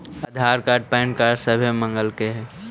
आधार card PAN card सभे मगलके हे?